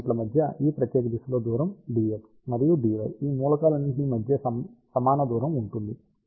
ఈ ఎలిమెంట్ల మధ్య ఈ ప్రత్యేక దిశలో దూరం dy మరియు dy ఈ మూలకాలన్నింటి మధ్య సమాన దూరం ఉంటుంది